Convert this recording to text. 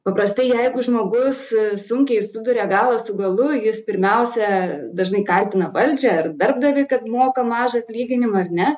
paprastai jeigu žmogus sunkiai suduria galą su galu jis pirmiausia dažnai kaltina valdžią ar darbdavį kad moka mažą atlyginimą ar ne